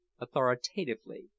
authoritatively